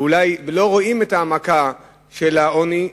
ולא רואים את ההעמקה של העוני,